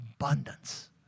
abundance